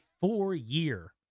four-year